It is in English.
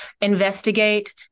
investigate